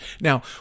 now